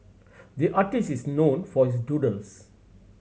the artist is known for his doodles